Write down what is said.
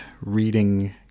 reading